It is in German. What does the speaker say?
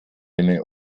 eine